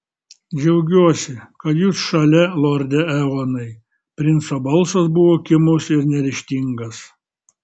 džiaugiuosi kad jūs šalia lorde eonai princo balsas buvo kimus ir neryžtingas